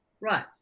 Right